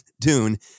Dune